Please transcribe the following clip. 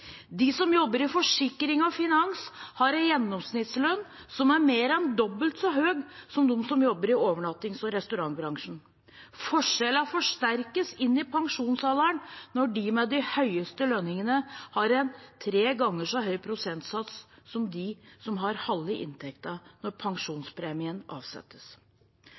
De som jobber i forsikring og finans, har en gjennomsnittslønn som er mer enn dobbelt så høy som den de som jobber i overnattings- og restaurantbransjen, har. Forskjellene forsterkes inn i pensjonsalderen når de med de høyeste lønningene har en tre ganger så høy prosentsats som de som har halve inntekten når pensjonspremien avsettes.